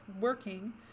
working